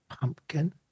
pumpkin